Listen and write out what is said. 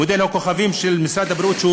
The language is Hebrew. מודל הכוכבים של משרד הבריאות,